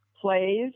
plays